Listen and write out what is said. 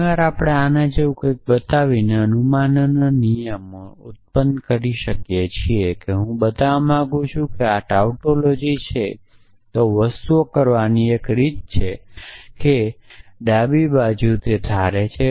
ઘણી વાર આપણે આના જેવું કંઈક બતાવીને અનુમાનના નિયમો ઉત્પન્ન કરી શકીએ છીએ કે હું બતાવવા માંગું છું કે આ ટાઉટોલોજી છે તો વસ્તુઓ કરવાની એક રીત એ છે કે ડાબી બાજુ ધારે છે